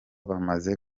bamaze